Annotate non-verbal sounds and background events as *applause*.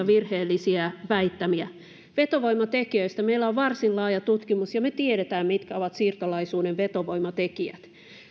*unintelligible* virheellisiä väittämiä vetovoimatekijöistä meillä on varsin laaja tutkimus ja me tiedämme mitkä ovat siirtolaisuuden vetovoimatekijät